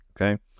Okay